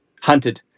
hunted